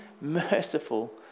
merciful